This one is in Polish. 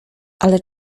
ale